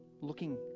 looking